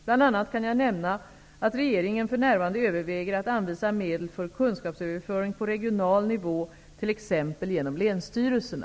Bl.a. kan jag nämna att regeringen för närvarande överväger att anvisa medel för kunskapsöverföring på regional nivå t.ex. genom länsstyrelserna.